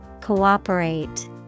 Cooperate